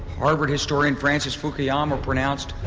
harvard historian francis fukuyama pronounced.